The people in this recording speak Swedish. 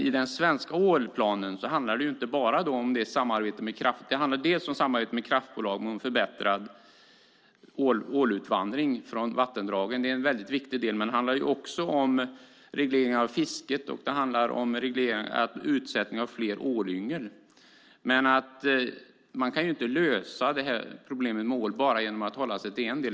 I den svenska ålplanen handlar det om samarbete med kraftbolagen om förbättrad ålutvandring från vattendragen - det är en mycket viktig del - men också om reglering av fisket och om utsättning av flera ålyngel. Man kan inte lösa problemet med ål bara genom att hålla sig till en viss del.